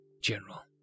General